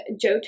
Joe